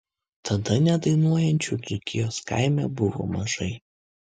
tada nedainuojančių dzūkijos kaime buvo mažai